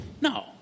No